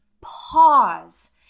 pause